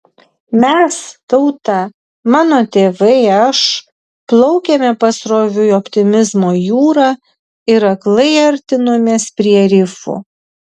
mes tauta mano tėvai aš plaukėme pasroviui optimizmo jūra ir aklai artinomės prie rifų